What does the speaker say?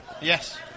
Yes